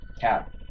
Cap